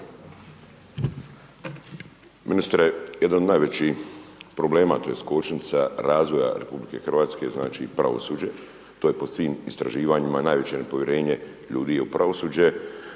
Ministre, jedan od najvećih problema tj. kočnica razvoja RH je znači pravosuđe, to je po svim istraživanjima. najveće povjerenje ljudi je u pravosuđe